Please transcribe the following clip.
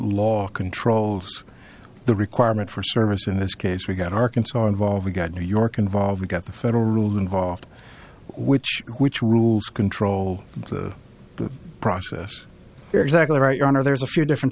law controls the requirement for service in this case we got arkansas involved got new york involved got the federal rule involved which which rules control the process you're exactly right your honor there's a few different